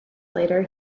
later